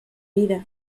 vida